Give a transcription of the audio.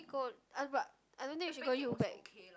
should we go ah but I don't think we should go you back